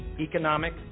economic